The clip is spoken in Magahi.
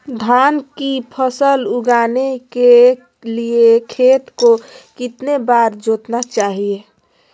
धान की फसल उगाने के लिए खेत को कितने बार जोतना चाइए?